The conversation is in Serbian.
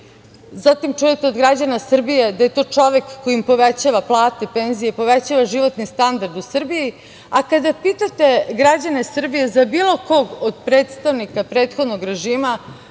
Zatim, čujete od građana Srbije, da je to čovek koji im povećava plate i penzije, povećava životni standard u Srbiji. Kada pitate građane Srbije za bilo koga od predstavnika prethodnog režima,